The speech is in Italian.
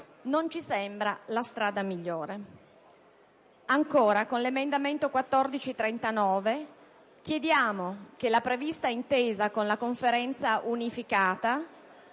non ci sembra la strada migliore. Con l'emendamento 14.39 chiediamo che la prevista intesa con la Conferenza unificata